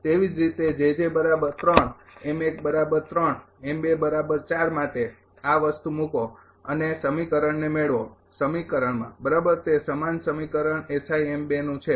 તેવી જ રીતે માટે આ વસ્તુ મૂકો અને આ સમીકરણને મેળવો સમીકરણમાં બરાબર તે સમાન સમીકરણ નું છે